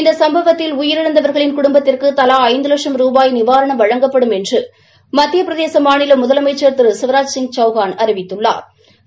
இந்த சும்பவத்தில் உயிரிழந்தவா்ளின் குடும்பத்திற்கு தவா ஐந்து வட்சும் ரூபாய் நிவாரணம் வழங்கப்படும் என்று மத்திய பிரதேச மாநில மாநில முதலமைச்சா் திரு சிவராஜ் சிங் சௌஹான் அறிவித்துள்ளாா்